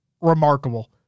remarkable